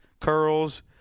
curls